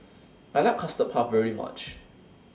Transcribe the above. I like Custard Puff very much